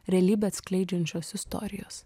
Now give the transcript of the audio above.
realybę atskleidžiančios istorijos